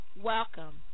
Welcome